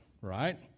right